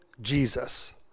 Jesus